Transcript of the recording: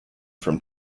from